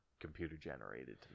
computer-generated